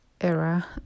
era